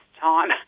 time